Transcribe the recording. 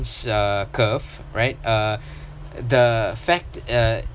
it's a curve right uh the fact uh